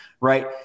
right